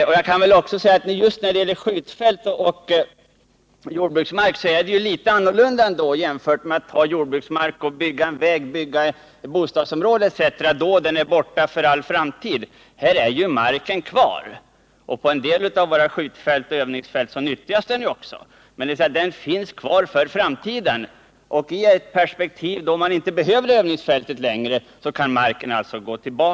Att använda jordbruksmark till skjutfält är dessutom annorlunda jämfört med att begagna jordbruksmark för att bygga en väg eller ett bostadsområde, då marken är i anspråktagen för all framtid. Här är marken kvar för framtiden. På en del av våra skjutfält och övningsfält utnyttjas den också för skogsbruk och betesändamål. I ett perspektiv då man inte längre behöver övningsfältet, kan marken gå tillbaka till jordbruket.